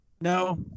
No